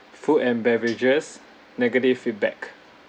food and beverages negative feedback